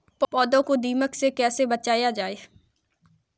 पौधों को दीमक से कैसे बचाया जाय?